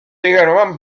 également